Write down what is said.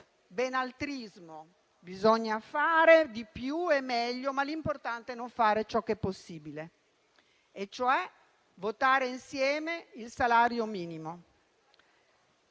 benaltrismo: bisogna fare di più e meglio, ma l'importante è non fare ciò che è possibile, cioè votare insieme il salario minimo.